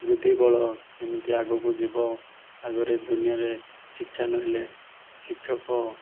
ବୁଦ୍ଧି ବଳ କେମିତି ଆଗକୁ ଯିବ ଆମର ଦୁନିଆରେ ଶିକ୍ଷା ନହେଲେ ଶିକ୍ଷକ